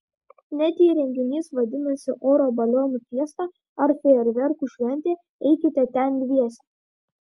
net jei renginys vadinasi oro balionų fiesta ar fejerverkų šventė eikite ten dviese